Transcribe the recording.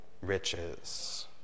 riches